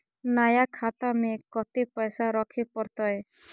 नया खाता में कत्ते पैसा रखे परतै?